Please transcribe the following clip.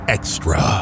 Extra